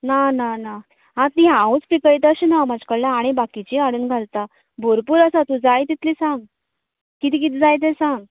ना ना ना आतां हे हांवच पिकयता अशें ना म्हजे कडेन आनी बाकिचीय हाडून घालता भरपूर आसा जाय तितली सांग कितें कितें जाय तें सांग